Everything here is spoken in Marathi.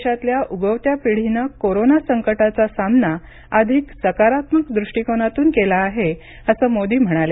देशातल्या उगवत्या पिढीनं कोरोना संकटाचा सामना अधिक सकारात्मक दृष्टीकोनातून केला आहे असं मोदी म्हणाले